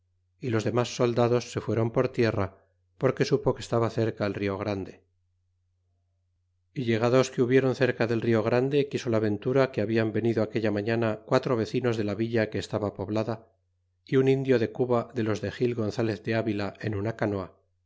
y los demas soldados se fueron por tierra porque supo que estaba cerca el rio grande y llegados que hubieron cerca del rio grande quiso la ventura que hablan venido aquella mañana quatro vecinos de la villa que estaba poblada y un indio de cuba de los de gil gonzalez de avila en una canoa